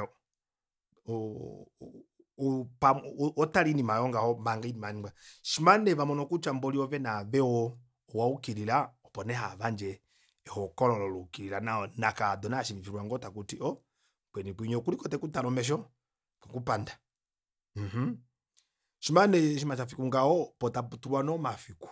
Oo pa otale iinima aayo manga shima nee vamono kutya mboli ove naaveyo owoukilila opo nee hanyadje ehokololo laukilila nakaadona ashiivifilwa ngoo takuti oo mukweni kunya okuliko tekutale omesho okwe kupanda ummh shima nee oshima shafiki ngaho poo taputulwa nee omafiku